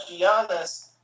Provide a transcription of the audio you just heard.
Giannis